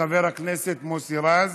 חבר הכנסת מוסי רז,